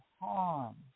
harm